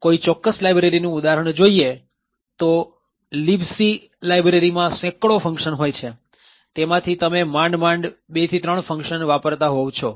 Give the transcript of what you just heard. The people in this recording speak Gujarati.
કોઈ ચોક્કસ લાઇબ્રેરીનું ઉદાહરણ જોઈએ તો libc લાઇબ્રેરીમાં સેંકડો ફંકશન હોય છે તેમાંથી તમે માંડ માંડ બે થી ત્રણ ફંક્શન વાપરતા હોવ છો